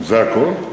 זה הכול?